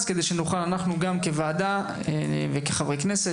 כדי שנוכל אנחנו כוועדה וכחברי כנסת,